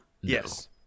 Yes